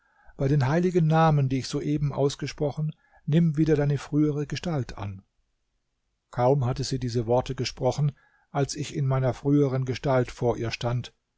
bei den heiligen namen die ich soeben ausgesprochen nimm wieder deine frühere gestalt an kaum hatte sie diese worte gesprochen als ich in meiner früheren gestalt vor ihr stand